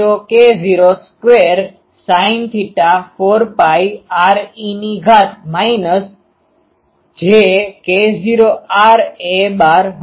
M Z0 k0 square sine theta 4 pi r e ની ઘાત minus j k0 r a